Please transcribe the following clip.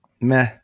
Meh